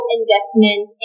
investment